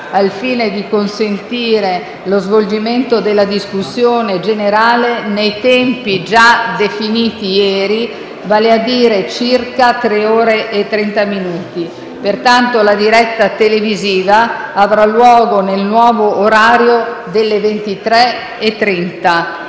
al fine di consentire lo svolgimento della discussione nei tempi già definiti ieri, vale a dire circa tre ore e trenta minuti. Pertanto la diretta televisiva avrà luogo nel nuovo orario delle 23,30.